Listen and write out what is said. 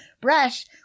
brush